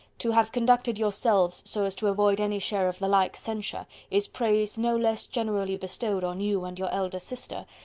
to have conducted yourselves so as to avoid any share of the like censure, is praise no less generally bestowed on you and your elder sister,